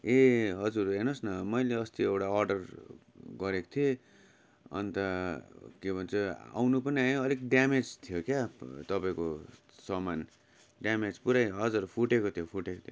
ए हजुर हेर्नुहोस् न मैले अस्ति एउटा अर्डर गरेको थिएँ अन्त के भन्छ आउन पनि आयो अलिक ड्यामेज थियो क्या तपाईँको सामान ड्यामेज पुरै हजुर फुटेको थियो फुटेको थियो